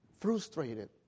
frustrated